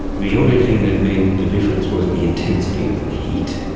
the only thing that made the difference was the intensity of the heat.